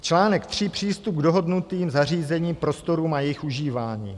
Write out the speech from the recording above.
Článek 3 Přístup k dohodnutým zařízením, prostorům a jejich užívání.